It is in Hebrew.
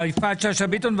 חברת הכנסת יפעת שאשא ביטון.